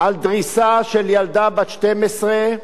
על דריסה של ילדה בת 12,